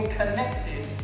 connected